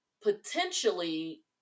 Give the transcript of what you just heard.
Potentially